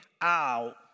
out